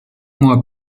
mois